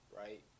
right